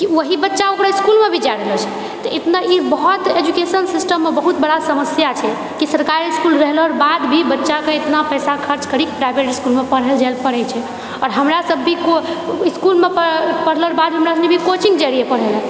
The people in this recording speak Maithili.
वही बच्चा ओकरा इसकुलमे भी जा रहलछै तऽ इतना ई बहुत एजुकेशन सिस्टममे बहुत बड़ा समस्या छै कि सरकारी इसकुल रहलोके बादभी बच्चाकेँ इतना पैसा खर्च करि प्राइवेट इसकुलमे पढ़ै लऽ जाएले पड़ैछे आओर हमरासब भी इसकुलमे पढ़लोके बाद भी हमरा सनि भी कोचिङ्ग जाए रहिए पढ़ैले